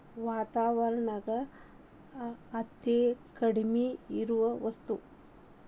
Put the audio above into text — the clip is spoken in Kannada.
ವಾತಾವರಣದಾಗ ಅತೇ ಕಡಮಿ ಇರು ವಸ್ತು